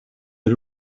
had